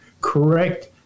correct